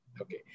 Okay